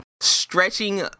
stretching